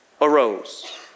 arose